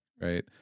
Right